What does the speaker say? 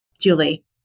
Julie